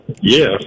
Yes